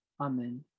Amen